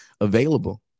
available